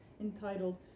entitled